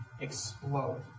explode